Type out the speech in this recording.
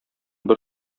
бер